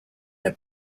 der